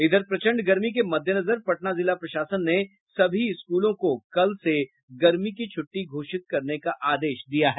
इधर प्रचंड गर्मी के मद्देनजर पटना जिला प्रशासन ने सभी स्कूलों को कल से गर्मी की छूट्टी घोषित करने का आदेश दिया है